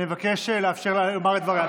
אני מבקש לאפשר לה לומר את דבריה.